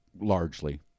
largely